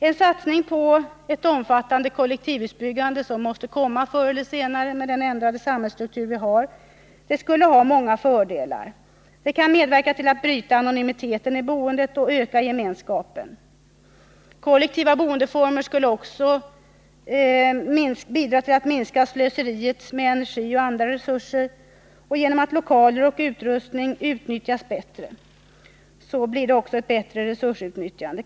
En satsning på ett omfattande kollektivhusbyggande — som måste komma förr eller senare, med den ändrade samhällsstruktur som vi har — skulle ha många fördelar. Det kan medverka till att bryta anonymiteten i boendet och öka gemenskapen. Kollektiva boendeformer bidrar också till att minska slöseriet med energi och andra resurser genom att lokaler och utrustning utnyttjas bättre.